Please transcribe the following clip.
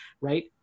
right